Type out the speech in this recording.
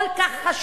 כל כך חשוב,